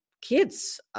kids